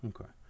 Okay